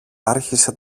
άρχισε